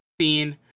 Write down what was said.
scene